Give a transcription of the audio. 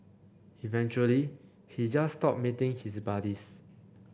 eventually he just stopped meeting his buddies